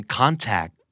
contact